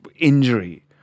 injury